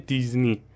Disney